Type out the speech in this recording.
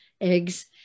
eggs